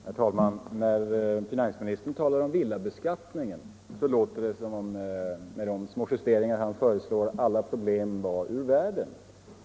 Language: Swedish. Herr talman! När finansministern talar om villabeskattningen låter det som om med de små justeringar han föreslår alla problem var ur världen.